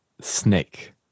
Snake